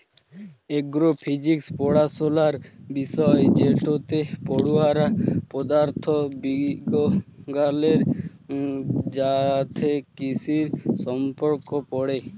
এগ্র physics পড়াশলার বিষয় যেটতে পড়ুয়ারা পদাথথ বিগগালের সাথে কিসির সম্পর্ক পড়ে